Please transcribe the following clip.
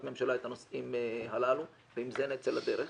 ממשלה את הנושאים הללו ועם זה נצא לדרך.